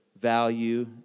value